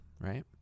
Right